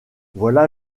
voilà